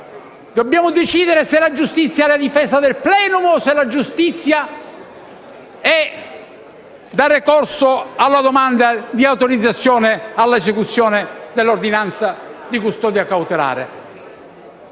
Dobbiamo decidere se la giustizia è la difesa del *plenum* o se la giustizia è dare corso alla domanda di autorizzazione all'esecuzione dell'ordinanza di custodia cautelare.